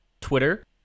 Twitter